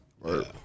Right